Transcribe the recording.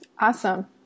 Awesome